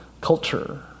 culture